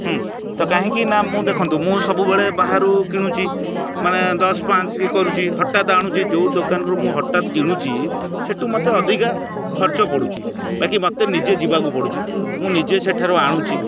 ହୁଁ ତ କାହିଁକି ନା ମୁଁ ଦେଖନ୍ତୁ ମୁଁ ସବୁବେଳେ ବାହାରୁ କିଣୁଛି ମାନେ ଦଶ ପାଞ୍ଚ କି କରୁଛି ହଠାତ୍ ଆଣୁଛି ଯେଉଁ ଦୋକାନରୁ ମୁଁ ହଠାତ୍ କିଣୁଛି ସେଇଠୁ ମତେ ଅଧିକା ଖର୍ଚ୍ଚ ପଡ଼ୁଛି ବାକି ମତେ ନିଜେ ଯିବାକୁ ପଡ଼ୁଛି ମୁଁ ନିଜେ ସେଇଠାରୁ ଆଣୁଛି